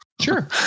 Sure